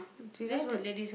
she just what